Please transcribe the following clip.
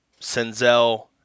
Senzel